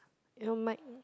your mic